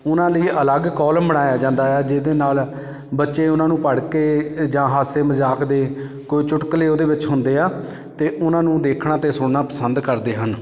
ਉਹਨਾਂ ਲਈ ਅਲੱਗ ਕੋਲਮ ਬਣਾਇਆ ਜਾਂਦਾ ਹੈ ਜਿਹਦੇ ਨਾਲ ਬੱਚੇ ਉਹਨਾਂ ਨੂੰ ਪੜ੍ਹ ਕੇ ਜਾਂ ਹਾਸੇ ਮਜ਼ਾਕ ਦੇ ਕੋਈ ਚੁਟਕਲੇ ਉਹਦੇ ਵਿੱਚ ਹੁੰਦੇ ਆ ਅਤੇ ਉਹਨਾਂ ਨੂੰ ਦੇਖਣਾ ਅਤੇ ਸੁਣਨਾ ਪਸੰਦ ਕਰਦੇ ਹਨ